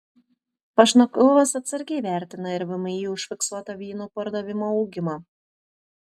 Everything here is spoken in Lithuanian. pašnekovas atsargiai vertina ir vmi užfiksuotą vyno pardavimų augimą